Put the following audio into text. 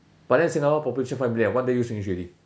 but then singapore population five million eh one day use finish already